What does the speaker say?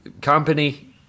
company